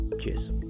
cheers